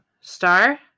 Star